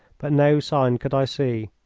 but no sign could i see.